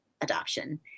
adoption